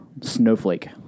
Snowflake